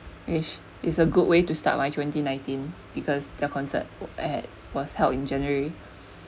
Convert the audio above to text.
which is a good way to start my twenty nineteen because their concert was was held in january